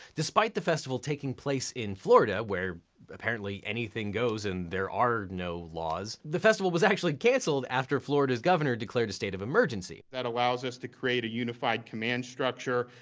despite the festival taking place in florida, where apparently anything goes and there are no laws, the festival was actually canceled after florida's governor declared a state of emergency. that allows us to create a unified command structure.